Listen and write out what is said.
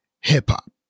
hip-hop